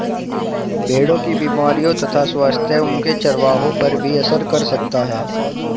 भेड़ों की बीमारियों तथा स्वास्थ्य उनके चरवाहों पर भी असर कर सकता है